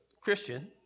Christian